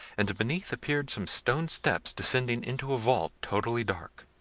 and beneath appeared some stone steps descending into a vault totally dark.